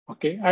Okay